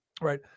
right